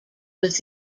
was